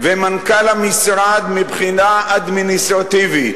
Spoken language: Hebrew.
ומנכ"ל המשרד מבחינה אדמיניסטרטיבית,